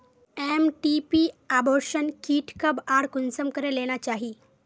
MTP abortion kit कब आर कुंसम करे लेना चही?